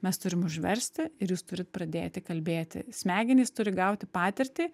mes turim užversti ir jūs turit pradėti kalbėti smegenys turi gauti patirtį